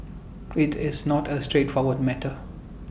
IT is not A straightforward matter